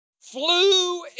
flew